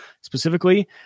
specifically